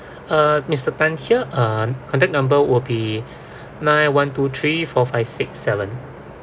uh mister pan here um contact number would be nine one two three four five six seven